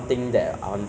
that I want to be lah